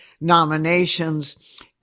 nominations